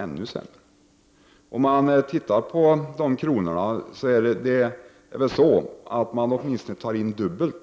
Tittar man på den enskilda kronan finner man att vi tar in dubbelt